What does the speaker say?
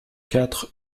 quatre